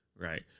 Right